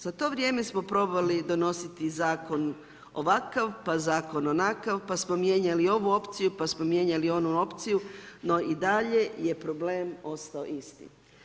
Za to vrijeme smo probali donositi zakon ovakav, pa zakon onakav, pa smo mijenjali ovu opciju, pa smo mijenjali onu opciju, no i dalje je problem ostao isti.